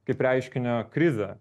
kaip reiškinio krizę